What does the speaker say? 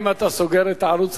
אם אתה סוגר את הערוץ,